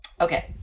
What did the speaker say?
Okay